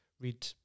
read